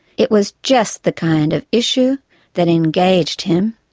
it was just the kind of issue that engaged him.